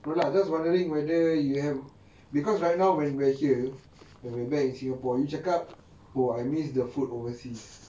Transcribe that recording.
no lah just wondering whether you have because right now when we're here we're we're back in singapore you cakap oh I miss the food overseas